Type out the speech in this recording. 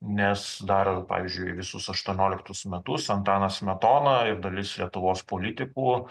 nes dar pavyzdžiui visus aštuonioliktus metus antanas smetona ir dalis lietuvos politikų